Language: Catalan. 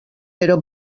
però